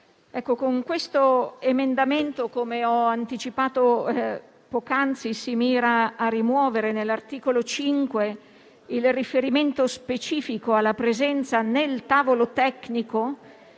Presidente, l'emendamento 5.200, come ho anticipato poc'anzi, mira a rimuovere dall'articolo 5 il riferimento specifico alla presenza nel tavolo tecnico